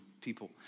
people